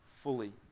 fully